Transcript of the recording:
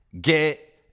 get